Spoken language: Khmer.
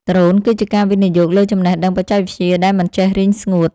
ដ្រូនគឺជាការវិនិយោគលើចំណេះដឹងបច្ចេកវិទ្យាដែលមិនចេះរីងស្ងួត។